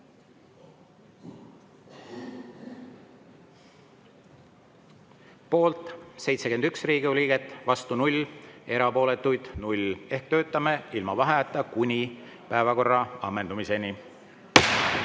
Poolt on 71 Riigikogu liiget, vastu 0 ja erapooletuid 0. Ehk töötame ilma vaheajata kuni päevakorra ammendumiseni.